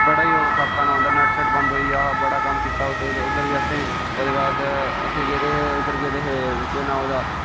बड़ा ही औखा होंदा जिसले नेट बंद होई जा बड़ा कम्म कीता उद्धर बी असें ओहदे बाद असें गेदे हे उद्धर गेदे हे के नां ओहदा